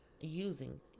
using